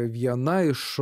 viena iš